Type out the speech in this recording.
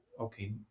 okay